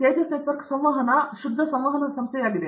Tejas Networks ಸಂವಹನ ಶುದ್ಧ ಸಂವಹನ ಸಂಸ್ಥೆಯಾಗಿದೆ